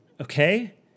Okay